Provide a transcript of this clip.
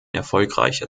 erfolgreicher